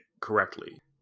correctly